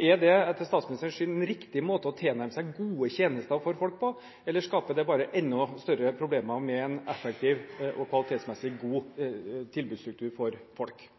Er det, etter statsministerens syn, riktig måte å tilnærme seg gode tjenester for folk på, eller skaper det bare enda større problemer med en effektiv og kvalitetsmessig god tilbudsstruktur for folk?